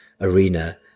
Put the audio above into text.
arena